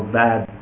bad